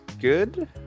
good